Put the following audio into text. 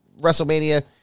WrestleMania